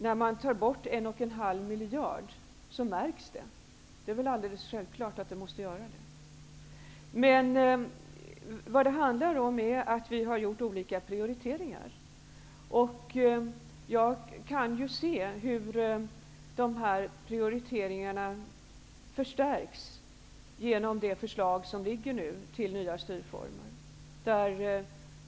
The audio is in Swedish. När man tar bort en och en halv miljard är det klart att detta märks. Det är alldeles självklart. Vi har gjort olika prioriteringar. Jag kan se hur dessa prioriteringar förstärks genom det förslag om nya styrformer som nu ligger hos utskottet.